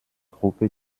gruppe